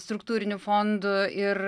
struktūrinių fondų ir